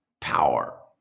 power